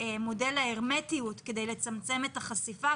במודל ההרמטיות כדי לצמצם את החשיפה,